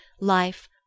life